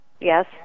Yes